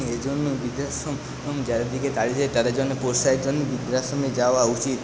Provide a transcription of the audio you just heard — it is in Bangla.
এই জন্য বৃদ্ধাশ্রম যাদের দিকে তাড়িয়ে দিয়েছে তাদের জন্য বৃদ্ধাশ্রমে যাওয়া উচিত